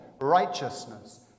Righteousness